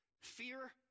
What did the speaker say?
fear